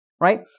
Right